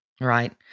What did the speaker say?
Right